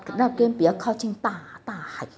那边比较靠近大大海